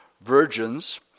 virgins